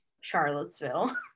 Charlottesville